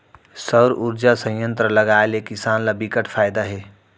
सउर उरजा संयत्र लगाए ले किसान ल बिकट फायदा हे